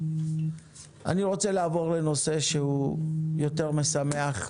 אני רוצה לעבור לנושא שהוא יותר משמח.